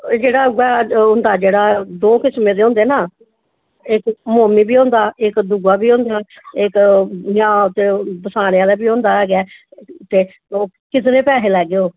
जेह्ड़ा उऐ होंदा दौ किस्म दे होंदे ना इक्क मुड़ने आह्ला होंदा इक्क इंया बी होंदा इक्क बसार आह्ला बी होंदा ते ओह् किसै दे बी पैसे लैगे